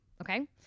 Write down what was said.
okay